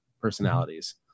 personalities